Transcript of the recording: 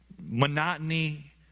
monotony